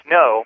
no